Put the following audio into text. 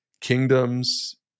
kingdoms